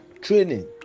training